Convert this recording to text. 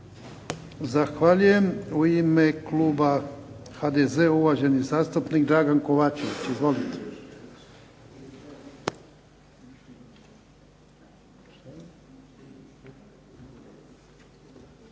Zahvaljujem. U ime kluba HDZ-a uvaženi zastupnik Dragan Kovačević. Izvolite.